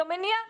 זו מניעה,